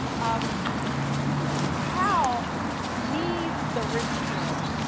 um sal needs the rich girl